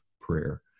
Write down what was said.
prayer